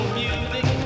music